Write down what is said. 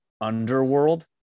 underworld